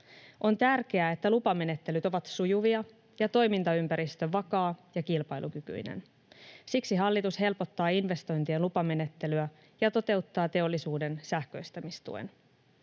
On tärkeää, että lupamenettelyt ovat sujuvia ja toimintaympäristö vakaa ja kilpailukykyinen. Siksi hallitus helpottaa investointien lupamenettelyä ja toteuttaa teollisuuden sähköistämistuen.